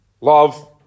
love